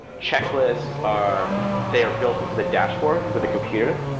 checklists are they are built into the dashboard with the computer.